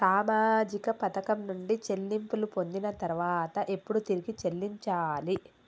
సామాజిక పథకం నుండి చెల్లింపులు పొందిన తర్వాత ఎప్పుడు తిరిగి చెల్లించాలి?